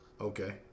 Okay